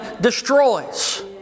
destroys